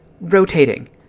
rotating